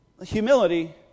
humility